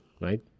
right